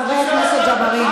חבר הכנסת ג'בארין.